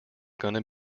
gonna